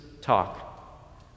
talk